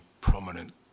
prominent